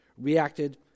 reacted